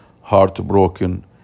heartbroken